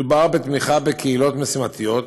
מדובר בתמיכה בקהילות משימתיות,